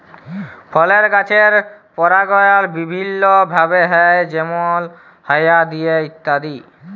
ফলের গাছের পরাগায়ল বিভিল্য ভাবে হ্যয় যেমল হায়া দিয়ে ইত্যাদি